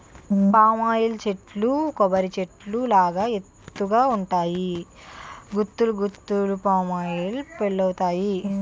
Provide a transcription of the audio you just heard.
palm oil చెట్లు కొబ్బరి చెట్టు లాగా ఎత్తు గ ఉంటాయి గుత్తులు గుత్తులు పామాయిల్ పల్లువత్తాయి